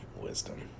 wisdom